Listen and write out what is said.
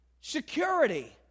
Security